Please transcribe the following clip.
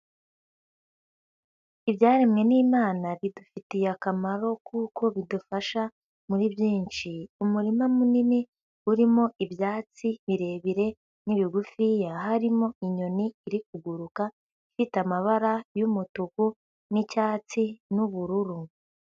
Ibyaremwe n'Imana bidufitiye akamaro kuko bidufasha muri byinshi, umurima munini urimo ibyatsi birebire n'ibigufiya, harimo inyoni iri kuguruka ifite amabara y'umutuku n'icyatsi n'ubururu.